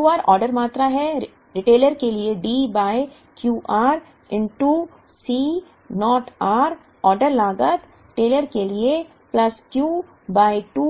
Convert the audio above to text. Q r order मात्रा है retailer के लिए D by Q r C naught r order लागत टेलर के लिए प्लसQ बाय 2